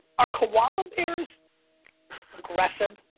are koala bears aggressive?